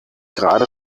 gerade